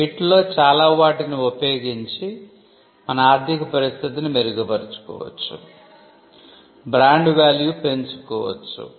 వీటిలో చాలా వాటిని ఉపయోగించి మన ఆర్ధిక పరిస్థితిని మెరుగుపరచుకోవచ్చు బ్రాండ్ వేల్యూ పెంచుకోవచ్చు